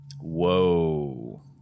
Whoa